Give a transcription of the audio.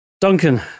Duncan